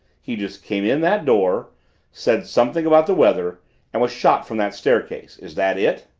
he just came in that door said something about the weather and was shot from that staircase. is that it?